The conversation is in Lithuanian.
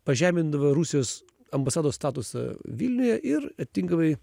pažemindama rusijos ambasados statusą vilniuje ir tinkamai